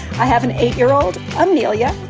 i have an eight year old amelia,